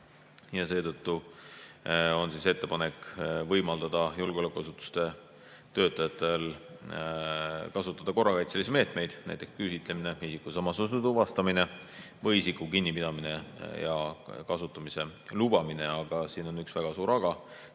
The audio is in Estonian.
ja seetõttu on ettepanek võimaldada julgeolekuasutuste töötajatel kasutada korrakaitselisi meetmeid, näiteks küsitlemise, isikusamasuse tuvastamise või isiku kinnipidamise kasutamise lubamine. Aga siin on üks väga suur aga.